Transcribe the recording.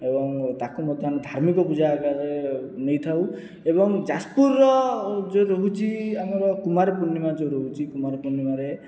ଏବଂ ତାକୁ ମଧ୍ୟ ଆମେ ଧାର୍ମିକ ପୂଜା ଆକାରରେ ନେଇଥାଉ ଏବଂ ଯାଜପୁରର ଯେଉଁ ରହୁଛି ଆମର କୁମାର ପୂର୍ଣ୍ଣିମା ଯେଉଁ ରହୁଛି କୁମାର ପୂର୍ଣ୍ଣିମାରେ